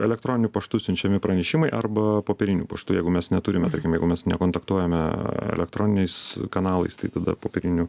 elektroniniu paštu siunčiami pranešimai arba popieriniu paštu jeigu mes neturime tarkim jeigu mes nekontaktuojame elektroniniais kanalais tai tada popieriniu